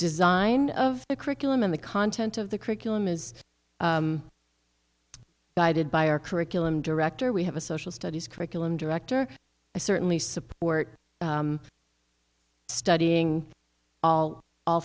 design of the curriculum and the content of the curriculum is guided by our curriculum director we have a social studies curriculum director i certainly support studying all